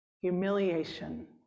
Humiliation